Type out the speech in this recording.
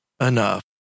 enough